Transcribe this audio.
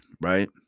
right